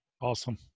awesome